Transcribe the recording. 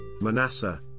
Manasseh